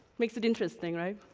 makes it interesting, right?